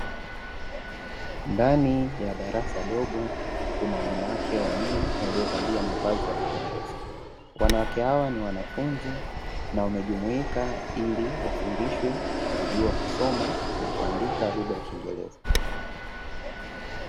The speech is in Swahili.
Ndani ya darasa dogo, kuna wanawake wanne waliovalia mavazi ya kupendeza. Wanawake hawa ni wanafunzi na wamejumuika ili wafundishwe kujua kusoma na kuandika lugha ya kiingereza.